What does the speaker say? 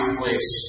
place